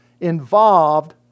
involved